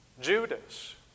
Judas